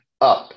up